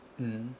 mm